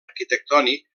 arquitectònic